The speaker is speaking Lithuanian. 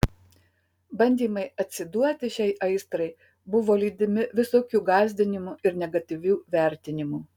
bandymai atsiduoti šiai aistrai buvo lydimi visokių gąsdinimų ir negatyvių vertinimų